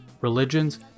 religions